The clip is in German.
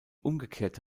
umgekehrte